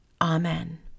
Amen